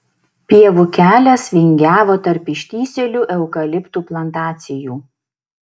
pievų kelias vingiavo tarp ištįsėlių eukaliptų plantacijų